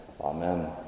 Amen